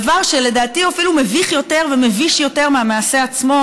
דבר שלדעתי הוא אפילו מביך יותר ומביש יותר מהמעשה עצמו,